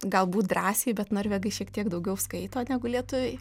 galbūt drąsiai bet norvegai šiek tiek daugiau skaito negu lietuviai